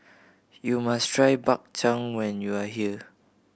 you must try Bak Chang when you are here